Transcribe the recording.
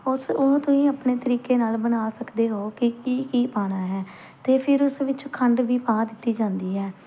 ਉਸ ਉਹ ਤੁਸੀਂ ਆਪਣੇ ਤਰੀਕੇ ਨਾਲ ਬਣਾ ਸਕਦੇ ਹੋ ਕਿ ਕੀ ਕੀ ਪਾਉਣਾ ਹੈ ਅਤੇ ਫੇਰ ਉਸ ਵਿੱਚ ਖੰਡ ਵੀ ਪਾ ਦਿੱਤੀ ਜਾਂਦੀ ਹੈ